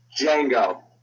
Django